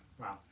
Wow